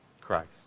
Christ